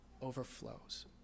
overflows